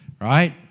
right